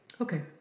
Okay